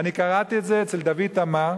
אני קראתי את זה אצל דוד תמר,